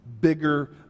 bigger